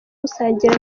gusangira